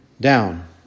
down